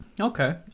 Okay